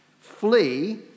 flee